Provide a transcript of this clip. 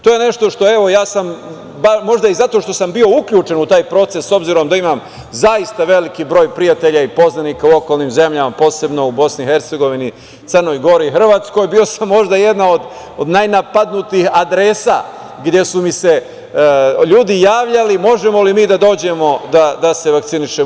Možda i zato što sam bio uključen u taj proces s obzirom da imam zaista veliki broj prijatelja i poznanika u okolnim zemljama, posebno u BiH, Crnoj Gori, Hrvatskoj, bio sam možda jedna od najnapadnutijih adresa gde su mi se ljudi javljali - možemo li mi da dođemo da se vakcinišemo.